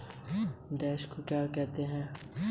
ऋण पर ब्याज दर क्या है?